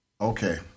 Okay